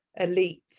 elites